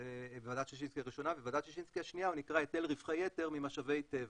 ובוועדת ששינסקי השנייה הוא נקרא היטל רווחי יתר ממשאבי טבע.